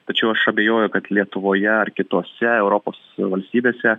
tačiau aš abejoju kad lietuvoje ar kitose europos valstybėse